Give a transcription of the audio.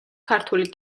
ქართული